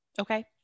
Okay